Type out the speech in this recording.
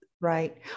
Right